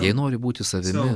jei noriu būti savimi